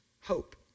hope